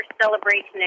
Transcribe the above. celebration